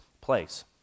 place